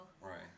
Right